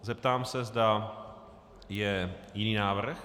Zeptám se, zda je jiný návrh.